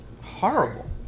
horrible